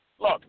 look